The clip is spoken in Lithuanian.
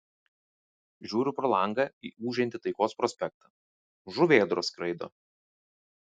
žiūriu pro langą į ūžiantį taikos prospektą žuvėdros skraido